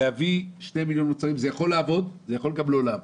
להביא 2 מיליון מוצרים זה יכול לעבוד ויכול גם לא לעבוד.